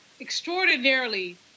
extraordinarily